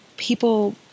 people